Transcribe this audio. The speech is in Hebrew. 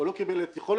או לא קיבל יכולת